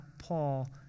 Paul